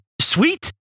sweet